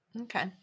Okay